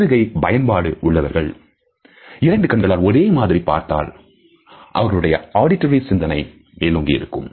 வலது கை பயன்பாடு உள்ளவர்கள் இரண்டு கண்களால் ஒரே மாதிரி பார்த்தால் அவர்களுக்கு auditory சிந்தனை மேலோங்கி இருக்கும்